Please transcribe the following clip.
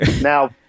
Now